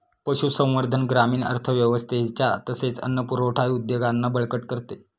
पशुसंवर्धन ग्रामीण अर्थव्यवस्थेच्या तसेच अन्न पुरवठा उद्योगांना बळकट करते